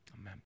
Amen